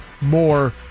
more